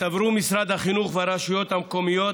צברו משרד החינוך והרשויות המקומיות